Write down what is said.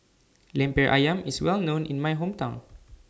Lemper Ayam IS Well known in My Hometown